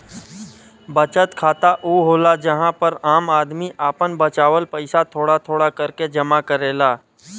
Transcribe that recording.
बचत खाता ऊ होला जहां पर आम आदमी आपन बचावल पइसा थोड़ा थोड़ा करके जमा करेला